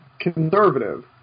conservative